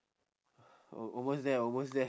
a~ almost there almost there